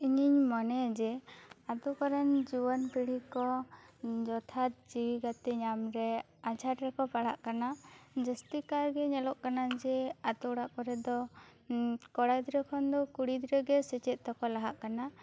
ᱤᱧᱤᱧ ᱢᱚᱱᱮᱭᱟ ᱡᱮ ᱟᱛᱳ ᱠᱚᱨᱮᱱ ᱡᱩᱣᱟᱹᱱ ᱠᱩᱲᱤ ᱠᱚ ᱡᱚᱛᱷᱟᱛ ᱡᱤᱣᱤ ᱜᱟᱛᱮ ᱧᱟᱢ ᱨᱮ ᱟᱡᱷᱟᱴ ᱨᱮᱠᱚ ᱯᱟᱲᱟᱜ ᱠᱟᱱᱟ ᱡᱟᱹᱥᱛᱤ ᱠᱟᱭ ᱜᱮ ᱧᱮᱞᱚᱜ ᱠᱟᱱᱟ ᱡᱮ ᱟᱛᱳ ᱚᱲᱟᱜ ᱠᱚᱨᱮ ᱫᱚ ᱠᱚᱲᱟ ᱜᱤᱫᱽᱨᱟᱹ ᱠᱷᱚᱱ ᱫᱚ ᱠᱩᱲᱤ ᱜᱤᱫᱽᱨᱟᱹ ᱜᱮ ᱥᱮᱪᱮᱫ ᱛᱮᱠᱚ ᱞᱟᱦᱟᱜ ᱠᱟᱱᱟ